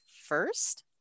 first